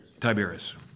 Tiberius